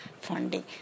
funding